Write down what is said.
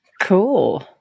Cool